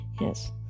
yes